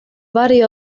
body